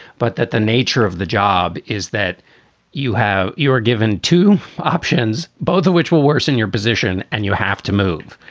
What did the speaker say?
but that the nature of the job is that you have you are given two options, both of which will worsen your position and you'll have to move.